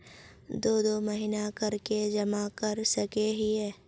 दो दो महीना कर के जमा कर सके हिये?